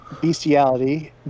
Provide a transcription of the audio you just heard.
bestiality